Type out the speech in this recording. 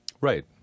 right